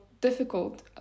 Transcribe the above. difficult